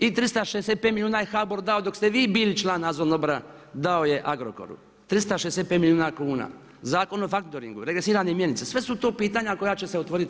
I 365 milijuna je HBOR dao dok ste vi bili član nadzornog odbora, dao je Agrokoru, 365 milijuna kuna, Zakon o faktoringu, regresirane mjenice, sve su to pitanja koja će se otvoriti.